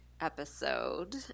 episode